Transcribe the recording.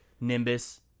nimbus